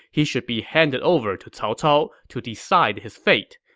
he should be handed over to cao cao to decide his fate.